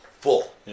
full